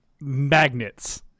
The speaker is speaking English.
magnets